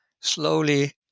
slowly